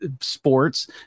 sports